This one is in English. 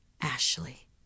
Ashley